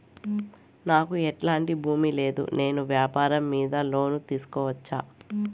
నాకు ఎట్లాంటి భూమి లేదు నేను వ్యాపారం మీద లోను తీసుకోవచ్చా?